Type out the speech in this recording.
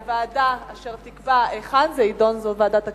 הוועדה אשר תקבע היכן זה יידון זו ועדת הכנסת.